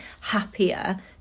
happier